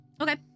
Okay